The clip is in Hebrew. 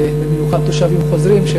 במיוחד אצל תושבים חוזרים.